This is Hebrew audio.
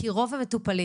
כי רוב המטופלים,